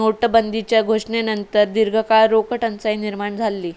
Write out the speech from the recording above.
नोटाबंदीच्यो घोषणेनंतर दीर्घकाळ रोख टंचाई निर्माण झाली